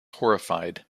horrified